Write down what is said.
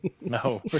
No